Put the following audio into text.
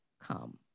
come